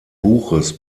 buches